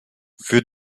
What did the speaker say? für